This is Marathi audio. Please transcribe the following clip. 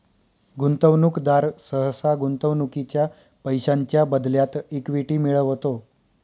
गुंतवणूकदार सहसा गुंतवणुकीच्या पैशांच्या बदल्यात इक्विटी मिळवतो